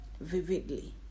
vividly